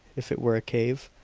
if it were a cave,